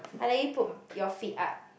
I let you put your feet up